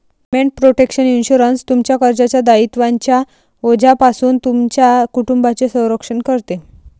payment protection insurance, तुमच्या कर्जाच्या दायित्वांच्या ओझ्यापासून तुमच्या कुटुंबाचे रक्षण करते